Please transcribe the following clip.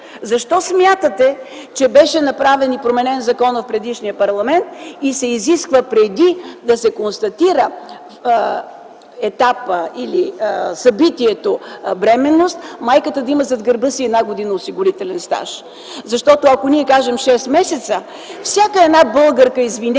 Защо смятате, че беше направен и променен закона от предишния парламент и се изисква преди да се констатира етапа или събитието бременност, майката да има зад гърба си 1 година осигурителен стаж? Защото, ако ние кажем 6 месеца – всяка една българка – извинете,